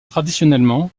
traditionnellement